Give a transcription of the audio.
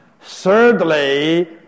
Thirdly